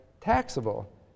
taxable